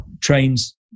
trains